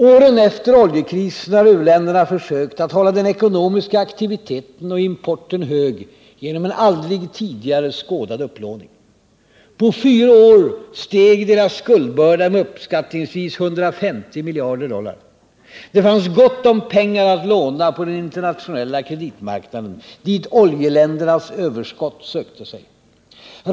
Åren efter oljekrisen har u-länderna försökt att hålla den ekonomiska aktiviteten och importen hög genom en aldrig tidigare skådad upplåning. På fyra år steg deras skuldbörda med uppskattningsvis 150 miljarder dollar. Det fanns gott om pengar att låna på den internatioenlla kreditmarknaden, dit oljeländernas överskott sökte sig.